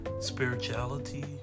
spirituality